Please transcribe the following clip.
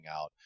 out